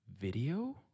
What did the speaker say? video